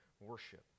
worship